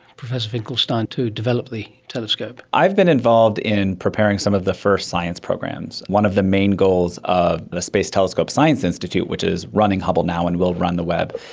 professor finkelstein, to develop the telescope? i've been involved in preparing some of the first science programs. one of the main goals of the space telescope science institute which is running hubble now and will run the webb,